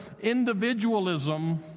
individualism